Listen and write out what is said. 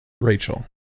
Rachel